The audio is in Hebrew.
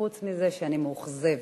חוץ מזה שאני מאוכזבת.